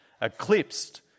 eclipsed